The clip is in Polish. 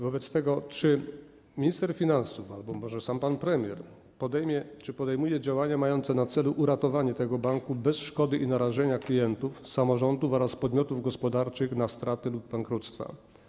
Wobec tego czy minister finansów albo może sam pan premier podejmuje działania mające na celu uratowanie tego banku bez szkody i narażenia klientów, samorządów oraz podmiotów gospodarczych na straty lub bankructwo?